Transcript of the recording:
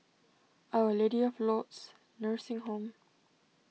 Our Lady of Lourdes Nursing Home